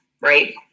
right